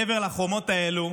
מעבר לחומות האלה,